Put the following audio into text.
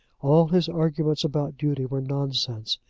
all his arguments about duty were nonsense.